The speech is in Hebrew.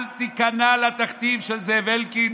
אל תיכנע לתכתיב של זאב אלקין.